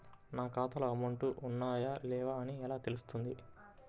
నా ఖాతాలో అమౌంట్ ఉన్నాయా లేవా అని ఎలా తెలుస్తుంది?